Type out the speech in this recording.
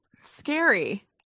scary